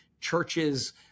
churches